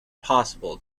possible